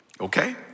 okay